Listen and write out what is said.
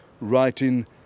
writing